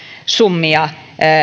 summia